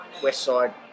Westside